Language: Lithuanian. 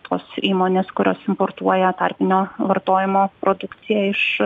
tos įmonės kurios importuoja tarpinio vartojimo produkciją iš